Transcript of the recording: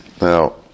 Now